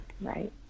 Right